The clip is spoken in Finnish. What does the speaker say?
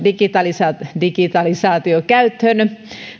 digitalisaatio digitalisaatio käyttöön